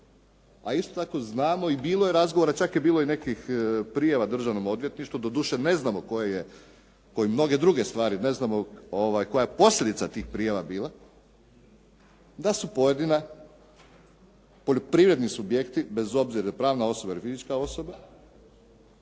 a isto tako znamo i bilo je razgovora, čak je bilo i nekih prijava državnom odvjetništvu. Doduše ne znamo koje je, kao i mnoge druge stvari ne znamo koja je posljedica tih prijava bila, da su pojedini poljoprivredni subjekti bez obzira je li pravna osoba ili fizička osoba